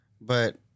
but-